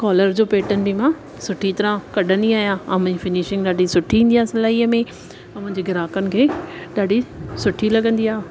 collar जो pattern बि मां सुठी तरह कढंदी आहियां ऐं मुंहिंजी फिनिशिंग ॾाढी सुठी ईंदी आहे सिलाईअ में ऐं मुंहिंजे ग्राहकनि खे ॾाढी सुठी लॻंदी आहे